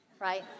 Right